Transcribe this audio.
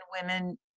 women